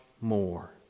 more